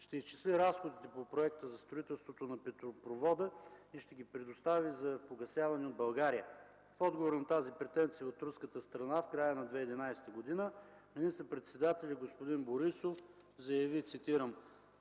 ще изчисли разходите по проекта за строителството на петролопровода и ще ги предостави за погасяване от България. В отговор на тази претенция от руската страна, в края на 2011 г., министър-председателят господин Борисов заяви, цитирам: